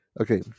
Okay